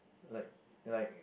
like like